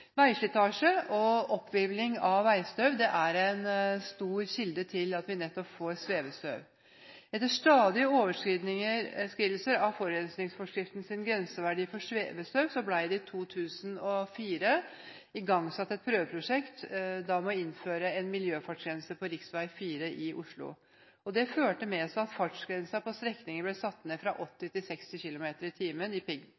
Veislitasje og oppvirvling av veistøv er en stor kilde til at vi får svevestøv. Etter stadige overskridelser av forurensningsforskriftens grenseverdi for svevestøv, ble det i 2004 igangsatt et prøveprosjekt med miljøfartsgrense på riksvei 4 i Oslo, og dette førte til at fartsgrensen på strekningen ble satt ned fra 80 km/t til 60 km/t i